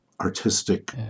artistic